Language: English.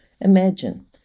Imagine